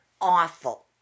awful